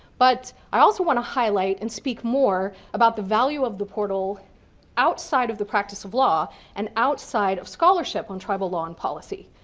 but, i also want to highlight and speak more about the value of the portal outside of the practice of law and outside of scholarship on tribal law and policy.